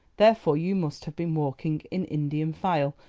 therefore you must have been walking in indian file,